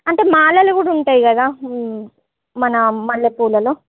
అంటే మాలలు కూడా ఉంటాయి కదా మన మల్లెపూలలో